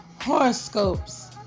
horoscopes